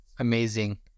amazing